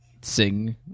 sing